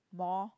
more